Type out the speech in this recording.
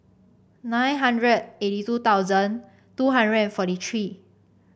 nine hundred eighty two thousand two hundred and forty three